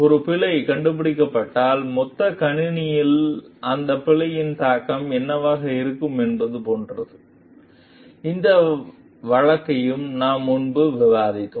ஒரு பிழை கண்டுபிடிக்கப்பட்டால் மொத்த கணினியில் அந்த பிழையின் தாக்கம் என்னவாக இருக்கும் என்பது போன்றது இந்த வழக்கையும் நாம் முன்பு விவாதித்தோம்